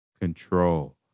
control